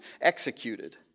executed